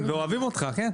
תראה איזה דיון מפרגן.